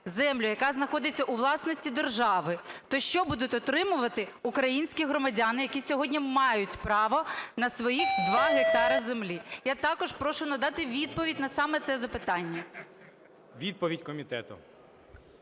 яка знаходиться у власності держави, то що будуть отримувати українські громадяни, які сьогодні мають право на своїх 2 гектари землі? Я також прошу надати відповідь саме на це запитання. ГОЛОВУЮЧИЙ. Відповідь комітету.